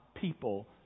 people